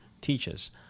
teaches